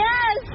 Yes